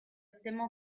stemma